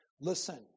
Listen